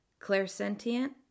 Clairsentient